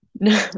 No